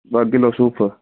ॿ किलो सूफ़